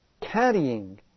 carrying